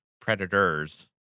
Predators